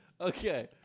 Okay